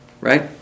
Right